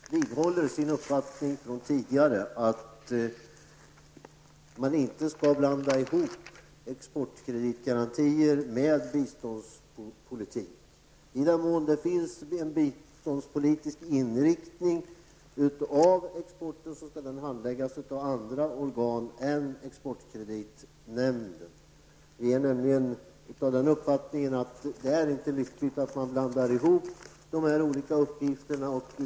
Herr talman! Utskottet vidhåller sin uppfattning från tidigare om att man inte skall blanda ihop exportkreditgaranti med biståndspolitik. I den mån det finns en biståndspolitisk inriktning av exporten skall den handläggas av andra organ än exportkreditnämnden. Vi är nämligen av den uppfattningen att det inte är lyckligt att man blandar ihop de olika uppgifterna.